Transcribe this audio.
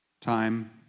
time